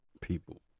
people